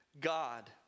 God